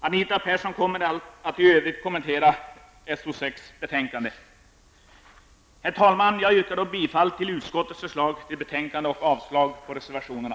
Anita Persson kommer att i övrigt kommentera betänkandet SoU6. Herr talman! Jag yrkar bifall till utskottets hemställan och avslag på reservationerna.